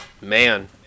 Man